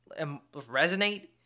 resonate